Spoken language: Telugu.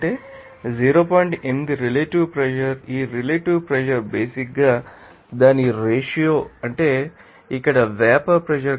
8 రిలేటివ్ ప్రెషర్ ఈ రిలేటివ్ ప్రెషర్ బేసిక్ ంగా దాని రేషియో అంటే ఇక్కడ వేపర్ ప్రెషర్